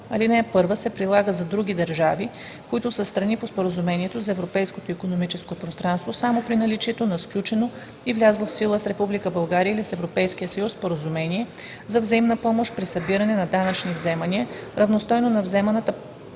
Алинея 1 се прилага за други държави, които са страни по Споразумението за Европейското икономическо пространство, само при наличието на сключено и влязло в сила с Република България или с Европейския съюз споразумение за взаимна помощ при събиране на данъчни вземания, равностойно на взаимната